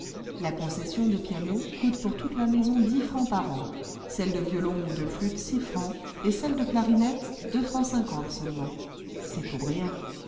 la concession de piano coûte pour toute la maison dix francs par an celle de violon ou de flûte six francs et celle de clarinette deux francs cinquante seulement c'est pour rien